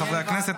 חברי הכנסת,